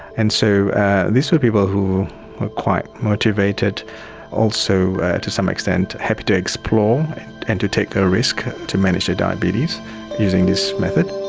and so these were people who quite motivated, were also to some extent happy to explore and to take a risk to manage their diabetes using this method.